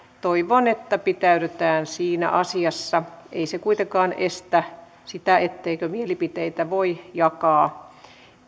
toivon että pitäydytään siinä asiassa ei se kuitenkaan estä sitä etteikö mielipiteitä voi jakaa